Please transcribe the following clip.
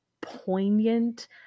poignant